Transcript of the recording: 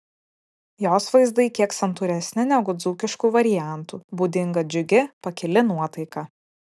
jos vaizdai kiek santūresni negu dzūkiškų variantų būdinga džiugi pakili nuotaika